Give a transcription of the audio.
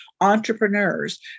entrepreneurs